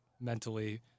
mentally